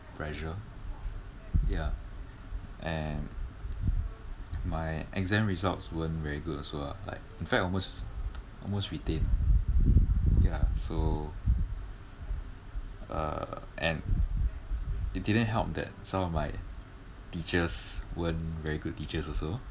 pressure ya and my exam results weren't very good also lah like in fact almost almost retain ya so uh and it didn't help that some of my teachers weren't very good teachers also